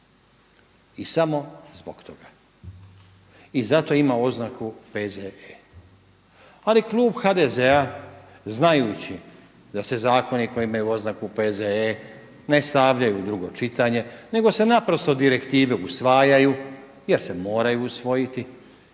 I samo zbog toga. I zato ima oznaku P.Z.E. Ali klub HDZ-a znajući da se zakoni koji imaju oznaku P.Z.E. ne stavljaju u drugo čitanje, nego se naprosto direktive usvajaju jer se moraju usvojiti